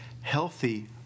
healthy